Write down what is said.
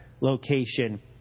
location